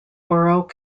borough